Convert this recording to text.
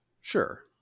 Sure